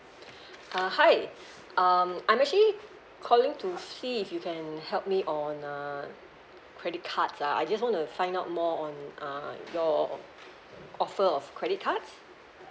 uh hi um I'm actually calling to see if you can help me on uh cards ah I just want to find out more on uh your offer of credit cards